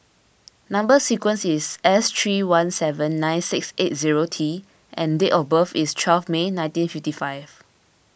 Number Sequence is S three one seven nine six eight zero T and date of birth is twelve May nineteen fifty five